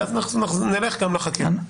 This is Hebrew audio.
ואז נחזור גם לחקירה.